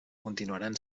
continuaran